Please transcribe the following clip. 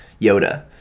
Yoda